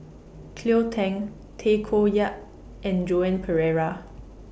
Cleo Thang Tay Koh Yat and Joan Pereira